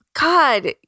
God